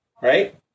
right